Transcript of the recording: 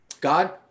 God